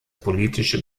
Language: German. politische